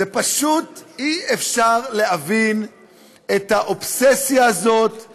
פשוט אי-אפשר להבין את האובססיה הזאת לפלסטינים.